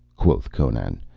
quoth conan,